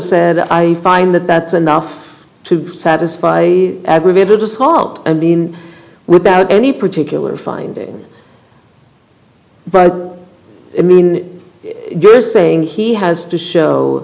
that i find that that's enough to satisfy aggravated assault i mean without any particular finding but i mean you're saying he has to show